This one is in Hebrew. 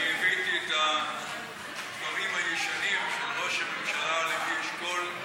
אני הבאתי את הדברים הישנים של ראש הממשלה לוי אשכול,